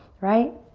right?